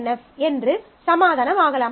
F என்று சமாதானமாகலாம்